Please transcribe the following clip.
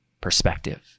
perspective